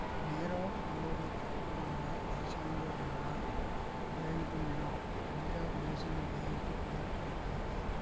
నీరవ్ మోడీ తప్పు వలన దేశంలో ఉన్నా బ్యేంకుల్లో పంజాబ్ నేషనల్ బ్యేంకు పేరు పడిపొయింది